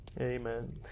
Amen